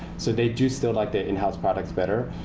so they do still like their in-house products better.